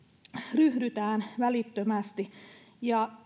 ryhdytään välittömästi ja